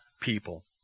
people